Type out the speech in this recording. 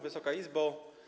Wysoka Izbo!